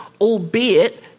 albeit